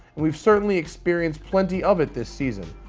we've certainly experienced plenty of it this season.